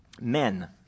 Men